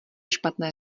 špatné